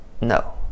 No